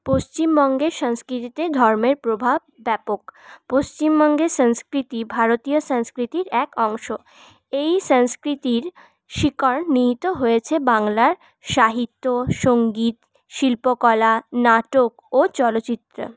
পশ্চিমবঙ্গের সংস্কৃতিতে ধর্মের প্রভাব ব্যাপক পশ্চিমবঙ্গের সংস্কৃতি ভারতীয় সংস্কৃতির এক অংশ এই সংস্কৃতির শিকড় নিহিত হয়েছে বাংলার সাহিত্য সংগীত শিল্পকলা নাটক ও চলচিত্র